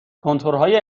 کنتورهای